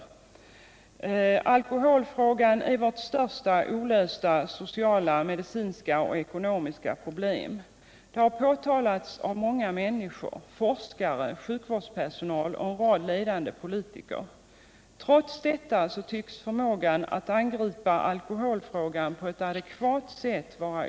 Alkoholfrågan är vårt största olösta sociala, medicinska och ekonomiska problem. Det har påtalats av många — forskare, sjukvårdspersonal och en rad ledande politiker. Trots detta tycks det vara oerhört svårt att angripa alkoholfrågan på ett adekvat sätt.